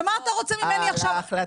ומה אתה רוצה ממני עכשיו?